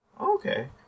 Okay